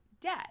debt